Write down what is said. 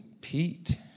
Pete